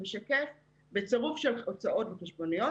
בצירוף של הוצאות וחשבוניות,